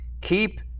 Keep